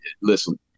listen